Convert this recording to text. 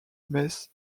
metz